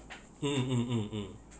mm mm mm mm